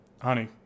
Honey